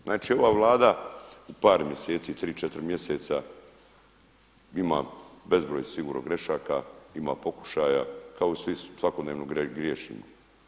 Znači ova Vlada u par mjeseci, 3, 4 mjeseca ima bezbroj sigurno grešaka, ima pokušaja kao što i svi svakodnevno griješimo.